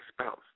spouse